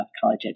college